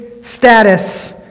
status